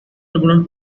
algunos